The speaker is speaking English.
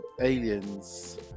aliens